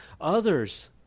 Others